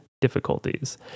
difficulties